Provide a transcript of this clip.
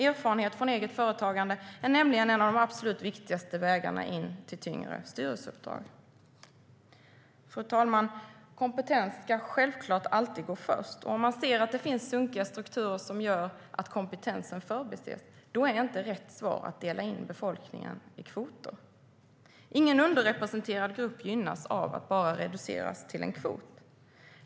Erfarenhet från eget företagande är nämligen en av de absolut viktigaste vägarna in till tyngre styrelseuppdrag. Fru talman! Kompetens ska självklart alltid gå först, och om man ser att det finns sunkiga strukturer som gör att kompetens förbises är rätt svar inte att dela in befolkningen i kvoter. Ingen underrepresenterad grupp gynnas av att reduceras till en kvot.